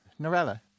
Norella